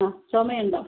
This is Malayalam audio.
അ ചുമയുണ്ടോ